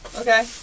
okay